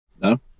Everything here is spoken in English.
No